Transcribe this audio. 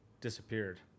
disappeared